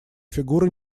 фигуры